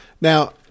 Now